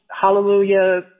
Hallelujah